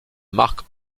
marque